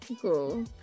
Cool